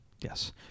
Yes